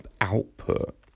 output